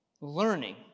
learning